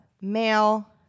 male